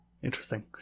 Interesting